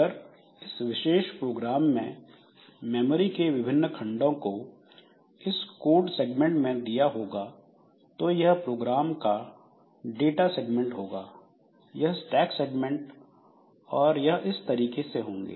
अगर इस विशेष प्रोग्राम में मेमोरी के विभिन्न खंडों को इस कोड सेगमेंट में दिया होगा तो यह प्रोग्राम का डाटा सेगमेंट होगा यह स्टैक सेगमेंट और यह इस तरीके से होंगे